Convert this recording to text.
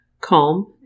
calm